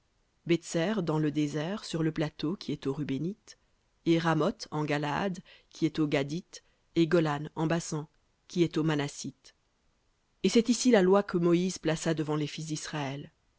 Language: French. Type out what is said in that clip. bétser dans le désert sur le plateau aux rubénites et ramoth en galaad aux gadites et golan en basan aux ma sites et c'est ici la loi que moïse plaça devant les fils d'israël